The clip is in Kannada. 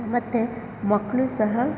ಮತ್ತು ಮಕ್ಕಳು ಸಹ